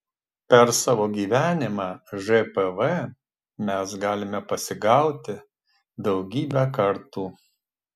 per savo gyvenimą žpv mes galime pasigauti daugybę kartų